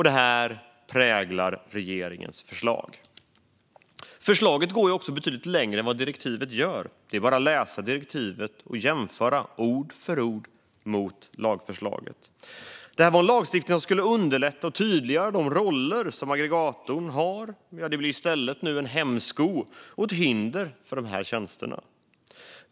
Det här präglar regeringens förslag. Förslaget går betydligt längre än vad direktivet gör; det är bara att läsa direktivet och jämföra ord för ord med lagförslaget. Det här var en lagstiftning som skulle underlätta och tydliggöra de roller som aggregatorn har, men den blir nu i stället en hämsko och ett hinder för dessa tjänster.